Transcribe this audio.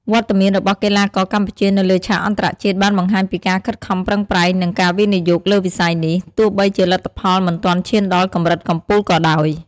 វត្តមានរបស់កីឡាករកម្ពុជានៅលើឆាកអន្តរជាតិបានបង្ហាញពីការខិតខំប្រឹងប្រែង និងការវិនិយោគលើវិស័យនេះ ទោះបីជាលទ្ធផលមិនទាន់ឈានដល់កម្រិតកំពូលក៏ដោយ។